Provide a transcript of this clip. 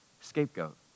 scapegoat